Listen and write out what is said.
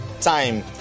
time